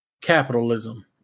capitalism